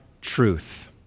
truth